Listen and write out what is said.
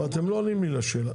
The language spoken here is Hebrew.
אבל אתם לא עונים לי לשאלה.